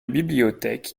bibliothèque